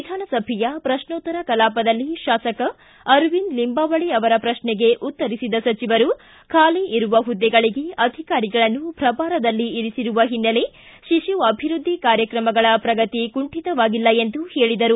ವಿಧಾನಸಭೆಯ ಪ್ರಶ್ನೋತ್ತರ ಕಲಾಪದಲ್ಲಿ ಶಾಸಕ ಅರವಿಂದ ಲಿಂಬಾವಳಿ ಅವರ ಪ್ರಶ್ನೆಗೆ ಉತ್ತರಿಸಿದ ಸಚಿವರು ಬಾಲಿ ಇರುವ ಹುದ್ದೆಗಳಿಗೆ ಅಧಿಕಾರಿಗಳನ್ನು ಪ್ರಭಾರದಲ್ಲಿ ಇರಿಸಿರುವ ಹಿನ್ನೆಲೆ ಶಿಶು ಅಭಿವೃದ್ಧಿ ಕಾರ್ಯಕ್ರಮಗಳ ಪ್ರಗತಿ ಕುಂಠಿತವಾಗಿಲ್ಲ ಎಂದು ಹೇಳಿದರು